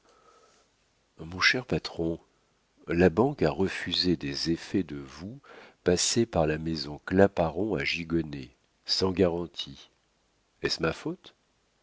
mon cher patron la banque a refusé des effets de vous passés par la maison claparon à gigonnet sans garantie est-ce ma faute